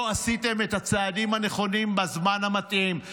לא עשיתם את הצעדים הנכונים בזמן המתאים.